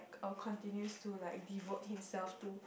or continues to like devote himself to